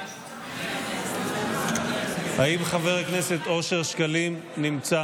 אאפשר לחבר הכנסת מלול לבצע